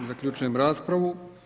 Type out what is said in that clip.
Zaključujem raspravu.